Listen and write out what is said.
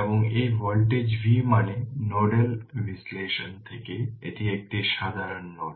এবং এই voltage V মানে নোডাল বিশ্লেষণ থেকে এটি একটি সাধারণ নোড